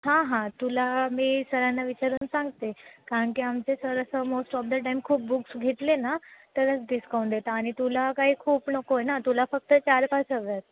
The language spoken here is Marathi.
हां हां तुला मी सरांना विचारून सांगते कारणकी आमचे सर असं मोस्ट ऑफ द टाईम खूप बुक्स घेतले ना तरच डिस्काउंट देता आणि तुला काही खूप नको ना तुला फक्त चार पाच हवे आहेत